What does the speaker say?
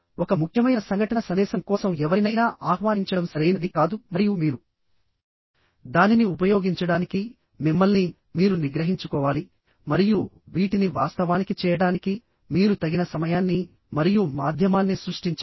ఒక ముఖ్యమైన సంఘటన సందేశం కోసం ఎవరినైనా ఆహ్వానించడం సరైనది కాదు మరియు మీరు దానిని ఉపయోగించడానికి మిమ్మల్ని మీరు నిగ్రహించుకోవాలి మరియు వీటిని వాస్తవానికి చేయడానికి మీరు తగిన సమయాన్ని మరియు మాధ్యమాన్ని సృష్టించాలి